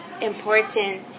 important